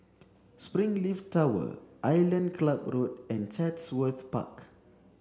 Springleaf Tower Island Club Road and Chatsworth Park